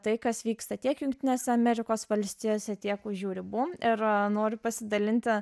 tai kas vyksta tiek jungtinėse amerikos valstijose tiek už jų ribų ir noriu pasidalinti